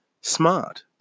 smart